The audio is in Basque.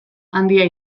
handia